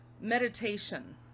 Meditation